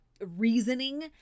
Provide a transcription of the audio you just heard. reasoning